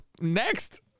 next